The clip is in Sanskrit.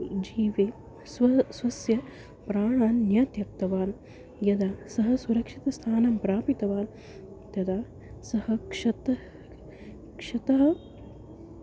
जीवे स्वं स्वस्य प्राणान् न त्यक्तवान् यदा सः सुरक्षितस्थानं प्रापितवान् तदा सः क्षतः क्षतः